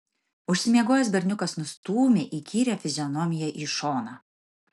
užsimiegojęs berniukas nustūmė įkyrią fizionomiją į šoną